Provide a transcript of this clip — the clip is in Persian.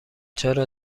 چرا